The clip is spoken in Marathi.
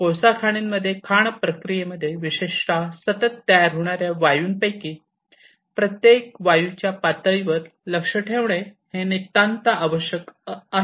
कोळसा खाणींमध्ये खाण प्रक्रियेमध्ये विशेषत सतत तयार होणा या वायूंपैकी प्रत्येक वायूच्या पातळीवर लक्ष ठेवणे हे नितांत आवश्यक आहे